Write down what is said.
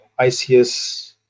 ICS